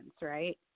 Right